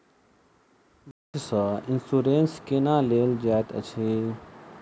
bank सँ insurance केना लेल जाइत अछि